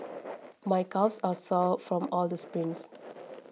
my calves are sore from all the sprints